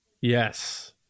Yes